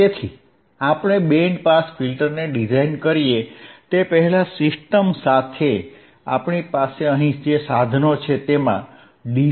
તેથી આપણે band pass ફિલ્ટરને ડિઝાઈન કરીએ તે પહેલાં સિસ્ટમ સાથે આપણી પાસે અહીં સાધનો છે તેમા ડી